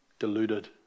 deluded